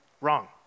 Wrong